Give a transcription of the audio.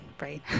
right